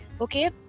okay